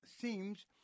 seems